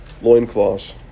loincloths